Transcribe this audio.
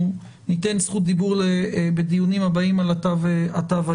ניתן זכות דיבור בדיונים הבאים שיתקיימו על התו הירוק.